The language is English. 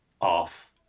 off